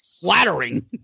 flattering